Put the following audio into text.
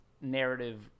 narrative